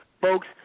Folks